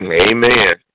Amen